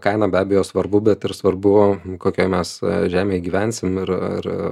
kaina be abejo svarbu bet ir svarbu kokioje mes žemėje gyvensim ir ir